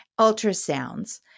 ultrasounds